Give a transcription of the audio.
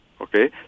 okay